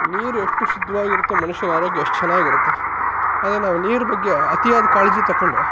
ನೀರು ಎಷ್ಟು ಶುದ್ಧವಾಗಿರುತ್ತೋ ಮನುಷ್ಯನ ಆರೋಗ್ಯ ಅಷ್ಟು ಚೆನ್ನಾಗಿರುತ್ತೆ ಅದೇ ನಾವು ನೀರು ಬಗ್ಗೆ ಅತಿಯಾದ ಕಾಳಜಿ ತೊಗೊಂಡು